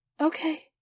Okay